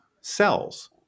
cells